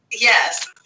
Yes